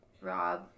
Rob